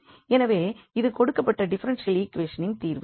எனவே இது கொடுக்கப்பட்ட டிஃபரென்ஷியல் ஈக்வேஷனின் தீர்வு